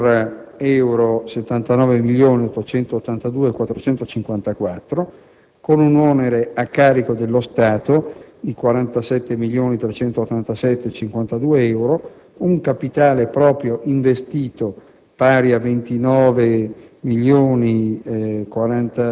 Il Patto in questione prevede investimenti per euro 79.882.454, con un onere a carico dello Stato di euro di 47.387.502, un capitale proprio investito